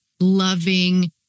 loving